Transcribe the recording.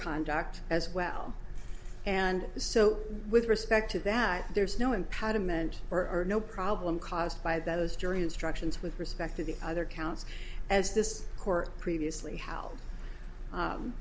conduct as well and so with respect to that there's no impediment or no problem caused by those jury instructions with respect to the other counts as this court previously h